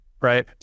right